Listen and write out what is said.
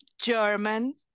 German